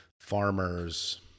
farmers